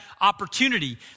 opportunity